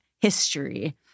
history